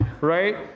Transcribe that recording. right